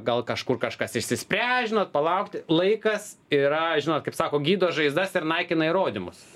gal kažkur kažkas išsispręs žinot palaukti laikas yra žinot kaip sako gydo žaizdas ir naikina įrodymus